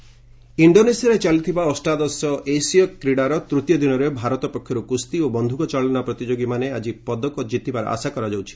Asiad game ଇଣ୍ଡୋନେସିଆରେ ଚାଲିଥିବା ଅଷ୍ଟାଦଶ ଏସୀୟ କ୍ରୀଡ଼ାର ତୂତୀୟ ଦିନରେ ଭାରତ ପକ୍ଷରୁ କୁସ୍ତି ଓ ବନ୍ଧୁକ ଚାଳନା ପ୍ରତିଯୋଗୀମାନେ ଆଜି ପଦକ ଜିତିବାର ଆଶା କରାଯାଉଛି